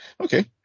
okay